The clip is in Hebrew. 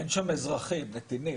אין שם אזרחים, נתינים.